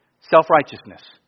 Self-righteousness